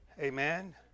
amen